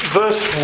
verse